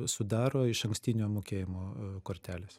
sudaro išankstinio mokėjimo kortelės